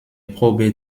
probe